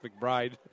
McBride